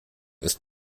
ist